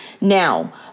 Now